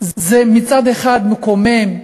מצד אחד זה מקומם,